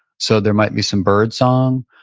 so there might be some bird song,